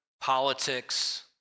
politics